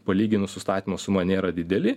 palyginus su statymo suma nėra dideli